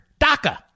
DACA